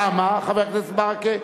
למה, חבר הכנסת ברכה?